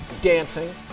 Dancing